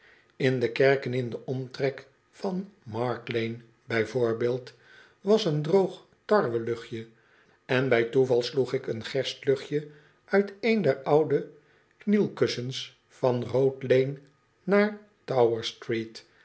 in de kerken in den omtrek van mark lane bij voorbeeld was een droog tarweluchtje en bij toeval sloeg ik een gerstluchtje uit een der oudeknielkussens van rood lane naar